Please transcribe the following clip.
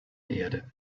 erde